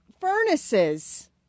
Furnaces